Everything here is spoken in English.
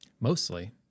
Mostly